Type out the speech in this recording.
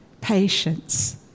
patience